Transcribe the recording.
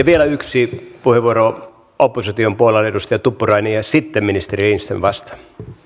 vielä yksi puheenvuoro opposition puolella edustaja tuppurainen ja sitten ministeri lindström vastaa